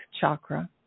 chakra